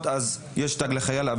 לתלות את הבוגדים ואת משתפי הפעולה"